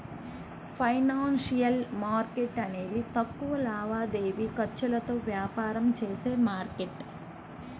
financial market అనేది తక్కువ లావాదేవీ ఖర్చులతో వ్యాపారం చేసే మార్కెట్